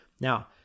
Now